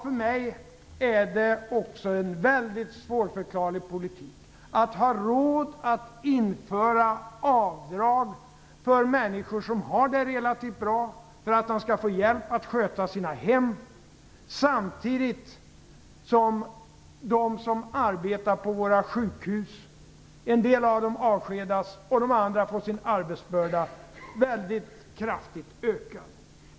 För mig är det också en mycket svårförklarlig politik, när man anser sig ha råd att införa avdragsrätt för människor som har det relativt bra, detta för de skall få hjälp med att sköta sina hem. Samtidigt avskedas en del människor som arbetar på våra sjukhus eller så får de sin arbetsbörda mycket kraftigt ökad.